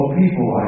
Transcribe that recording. people